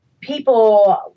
People